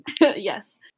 Yes